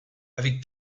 avec